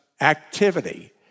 activity